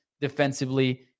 defensively